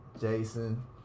Jason